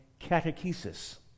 catechesis